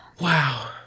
wow